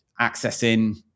accessing